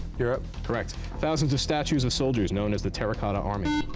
europe. correct. thousands of statues of soldiers known as the terra cotta army.